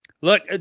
Look